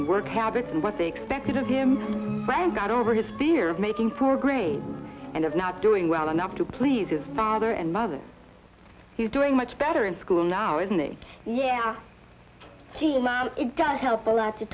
and work habits and what they expected of him and got over his spear of making poor grades and of not doing well enough to please his father and mother he's doing much better in school now isn't it yeah it does help a lot to